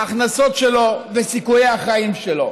ההכנסות שלו וסיכויי החיים שלו.